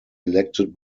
elected